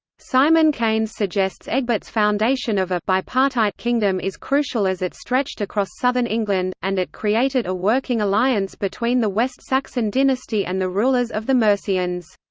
simon keynes suggests egbert's foundation of a bipartite kingdom is crucial as it stretched across southern england, and it created a working alliance between the west saxon dynasty and the rulers of the mercians.